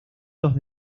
los